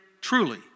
truly